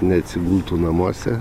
neatsigultų namuose